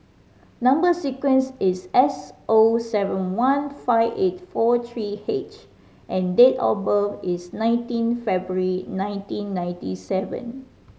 number sequence is S O seven one five eight four three H and date of birth is nineteen February nineteen ninety seven